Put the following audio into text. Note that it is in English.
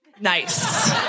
Nice